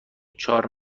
چهار